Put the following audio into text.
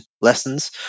lessons